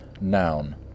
noun